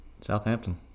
Southampton